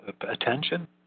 attention